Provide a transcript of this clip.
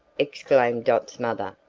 exclaimed dot's mother,